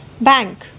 Bank